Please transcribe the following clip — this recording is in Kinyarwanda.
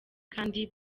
kandi